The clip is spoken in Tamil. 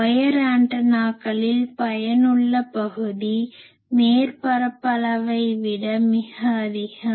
ஒயர் ஆண்டனாக்களில் பயனுள்ள பகுதி மேற்பரப்பளவைவிட மிக அதிகம்